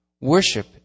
Worship